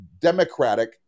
democratic